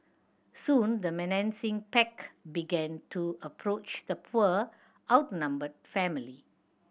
soon the menacing pack began to approach the poor outnumbered family